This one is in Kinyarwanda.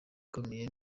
ikomeye